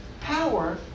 power